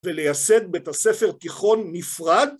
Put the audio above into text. ולייסד בית הספר תיכון נפרד